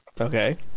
Okay